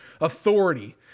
authority